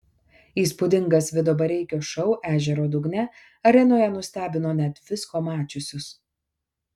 įspūdingas vido bareikio šou ežero dugne arenoje nustebino net visko mačiusius